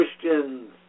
Christians